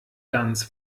ganz